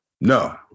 No